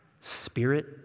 spirit